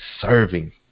serving